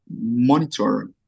monitor